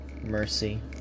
mercy